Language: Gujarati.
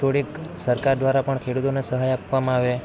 થોડીક સરકાર દ્વારા પણ ખેડૂતોને સહાય આપવામાં આવે